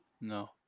no